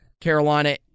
Carolina